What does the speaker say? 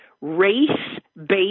race-based